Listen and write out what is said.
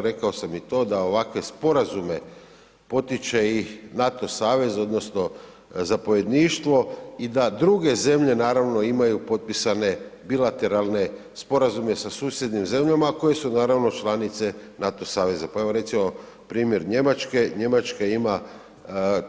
Rekao sam i to da ovakve sporazume potiče i NATO savez odnosno zapovjedništvo i da druge zemlje naravno imaju potpisane bilateralne sporazume sa susjednim zemljama koje su naravno članice NATO saveza, pa evo recimo primjer Njemačke, Njemačka ima